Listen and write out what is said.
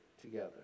together